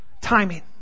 timing